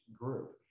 group